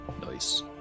Nice